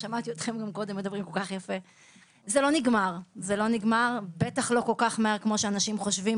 זה לא נגמר, בטח לא כל כך מהר כמו שאנשים חושבים.